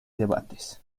debates